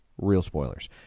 RealSpoilers